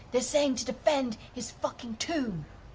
they're saying to defend his fucking tomb.